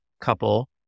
couple